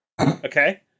Okay